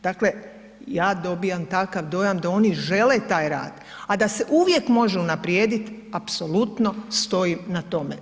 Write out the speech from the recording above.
Dakle, ja dobivam takav dojam da oni žele taj rad, a da se uvijek može unaprijed apsolutno stojim na tome.